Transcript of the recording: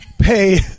pay